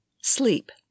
sleep